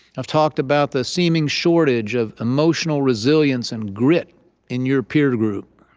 i've talked about the seeming shortage of emotional resilience and grit in your peer group.